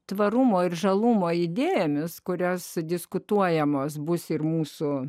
tvarumo ir žalumo idėjomis kurios diskutuojamos bus ir mūsų